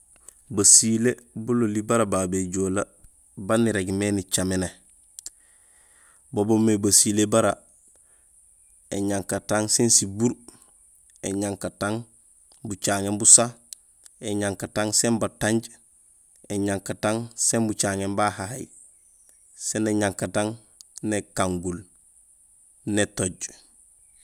Basilé bololi bara babé éjoolee baan irégmé nicaméné bo boomé basilé bara añankatang sin sibuur, éñankatang bucaŋéén busu, éñankatang sin batanj, éñankatang sin bucaŋéén bahahay, sén éñankatang nékangul, nétooj.